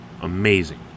amazing